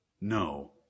No